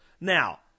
Now